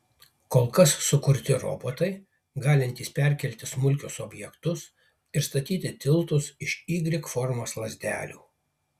kol kas sukurti robotai galintys perkelti smulkius objektus ir statyti tiltus iš y formos lazdelių